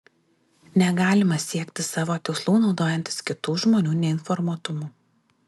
negalima siekti savo tikslų naudojantis kitų žmonių neinformuotumu